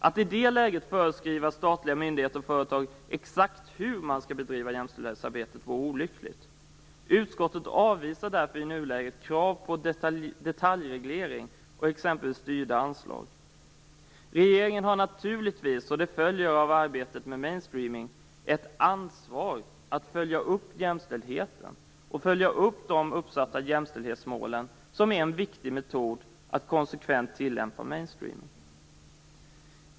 Att i det läget föreskriva statliga myndigheter och företag exakt hur jämställdhetsarbetet skall bedrivas vore olyckligt. Utskottet avvisar därför i nuläget krav på detaljreglering för exempelvis styrda anslag. Regeringen har naturligtvis - det följer av arbetet med mainstreaming - ett ansvar för att följa upp jämställdheten och de uppsatta jämställdhetsmålen, som ju är en viktig metod att konsekvent tillämpa mainstreaming.